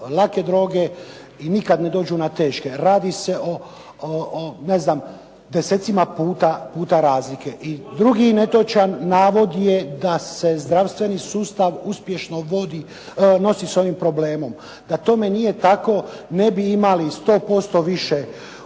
lake droge i nikad ne dođu na teške. Radi se o ne znam desecima puta razlike. I drugi netočan navod je da se zdravstveni sustav uspješno nosi sa ovim problemom. Da tome nije tako ne bi imali sto posto više